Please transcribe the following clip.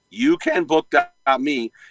youcanbook.me